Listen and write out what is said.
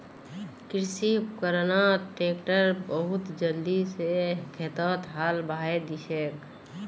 कृषि उपकरणत ट्रैक्टर बहुत जल्दी स खेतत हाल बहें दिछेक